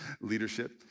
leadership